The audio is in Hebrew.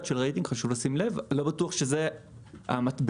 חשוב לשים לב שזה לא מדד של רייטינג,